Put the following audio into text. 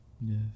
Yes